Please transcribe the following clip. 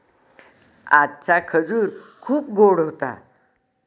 आजचा खजूर खूप गोड होता